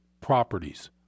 properties